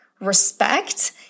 respect